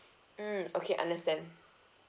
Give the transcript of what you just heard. mm okay understand